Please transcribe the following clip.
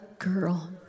girl